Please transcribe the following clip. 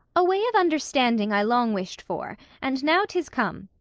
a way of understanding i long wish'd for, and now tis come,